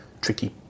tricky